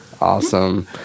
Awesome